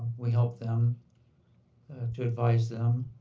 we help them to advise them.